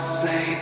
say